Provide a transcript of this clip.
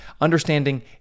understanding